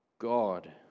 God